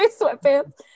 sweatpants